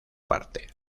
parte